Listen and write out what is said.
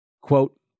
Quote